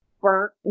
burnt